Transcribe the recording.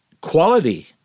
quality